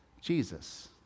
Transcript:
Jesus